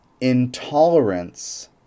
intolerance